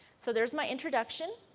so this is my introduction.